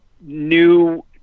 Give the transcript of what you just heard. new